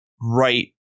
right